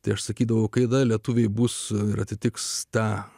tai aš sakydavau kada lietuviai bus ir atitiks tą